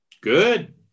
Good